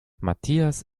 matthias